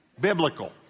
biblical